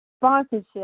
Sponsorship